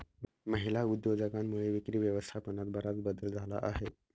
महिला उद्योजकांमुळे विक्री व्यवस्थापनात बराच बदल झाला आहे